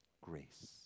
grace